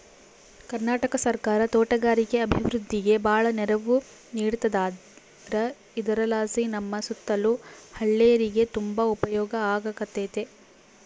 ಕರ್ನಾಟಕ ಸರ್ಕಾರ ತೋಟಗಾರಿಕೆ ಅಭಿವೃದ್ಧಿಗೆ ಬಾಳ ನೆರವು ನೀಡತದಾರ ಇದರಲಾಸಿ ನಮ್ಮ ಸುತ್ತಲ ಹಳ್ಳೇರಿಗೆ ತುಂಬಾ ಉಪಯೋಗ ಆಗಕತ್ತತೆ